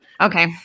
Okay